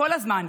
כל הזמן,